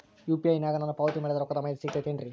UPI ನಾಗ ನಾನು ಪಾವತಿ ಮಾಡಿದ ರೊಕ್ಕದ ಮಾಹಿತಿ ಸಿಗುತೈತೇನ್ರಿ?